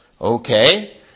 Okay